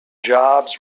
jobs